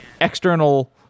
external